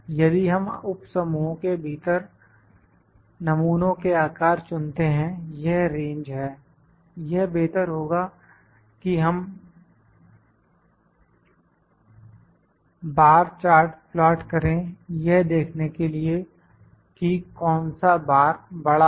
यदि हम उप समूहों के भीतर नमूनों के आकार चुनते हैं यह रेंज है यह बेहतर होगा कि हम बार चार्ट प्लाट करें यह देखने के लिए कि कौन सा बार बड़ा है